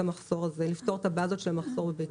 התקנה המחמירה יותר אמרה שיהיה מחסור של 650 מיליון ביצים.